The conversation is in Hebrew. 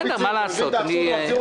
אתה מבין את האבסורד?